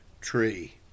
tree